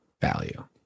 value